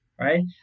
right